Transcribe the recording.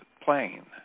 plane